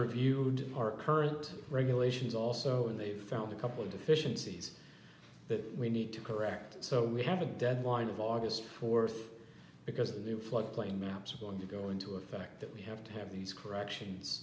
reviewed our current regulations also and they've found a couple deficiencies that we need to correct so we have a deadline of august fourth because the new flood plain maps are going to go into effect that we have to have these corrections